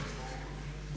Hvala